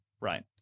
Right